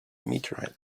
meteorite